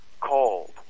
called